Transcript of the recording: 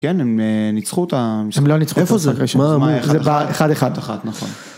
כן, הם ניצחו את ה... הם לא ניצחו, איפה זה? איפה זה? מה אמרו? זה ב-111, נכון.